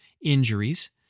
injuries